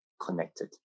connected